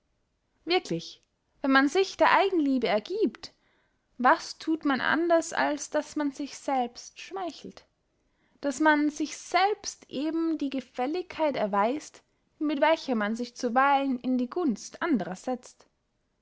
wirklich wenn man sich der eigenliebe ergiebt was thut man anders als daß man sich selbst schmeichelt daß man sich selbst eben die gefälligkeit erweist mit welcher man sich zuweilen in die gunst anderer setzt